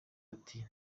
ati